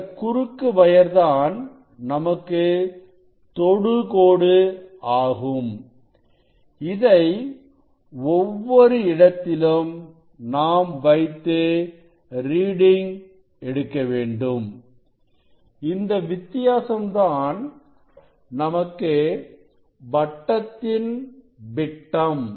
இந்த குறுக்கு வயர் தான் நமக்கு தொடுகோடு ஆகும் இதை ஒவ்வொரு இடத்திலும் நாம் வைத்து ரீடிங் எடுக்க வேண்டும் இந்த வித்தியாசம் தான் நமக்கு வட்டத்தின் விட்டம்